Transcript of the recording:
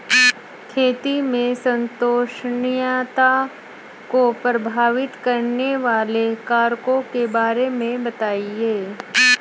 खेती में संपोषणीयता को प्रभावित करने वाले कारकों के बारे में बताइये